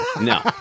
no